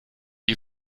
die